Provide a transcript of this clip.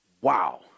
wow